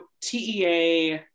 TEA